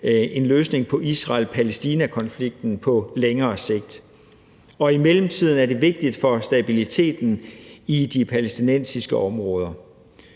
en løsning på Israel-Palæstina-konflikten på længere sigt, og i mellemtiden er det vigtigt for stabiliteten i de palæstinensiske områder.